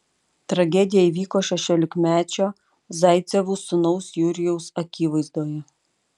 tragedija įvyko šešiolikmečio zaicevų sūnaus jurijaus akivaizdoje